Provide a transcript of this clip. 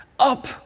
up